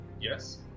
Yes